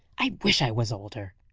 i wish i was older.